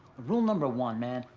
rule number one, man,